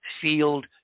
field